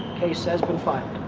case has been filed.